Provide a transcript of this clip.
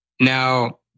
Now